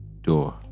door